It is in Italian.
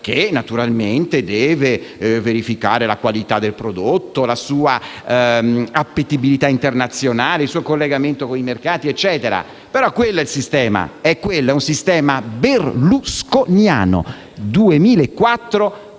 che naturalmente deve verificare la qualità del prodotto, la sua appetibilità internazionale, il suo collegamento con i mercati; ma quel sistema è un sistema berlusconiano; 2004: